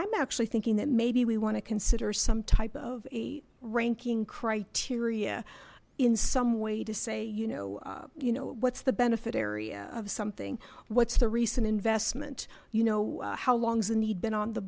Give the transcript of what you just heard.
i'm actually thinking that maybe we want to consider some type of a ranking criteria in some way to say you know you know what's the benefit area of something what's the recent investment you know how long's the need been on the